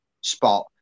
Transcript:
spot